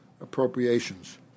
appropriations